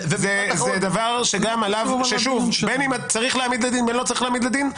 זה דבר שגם עליו בין אם צריך להעמיד לדין או לא צריך להעמיד לדין,